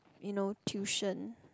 you know tuition